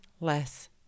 less